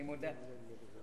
אני מודה.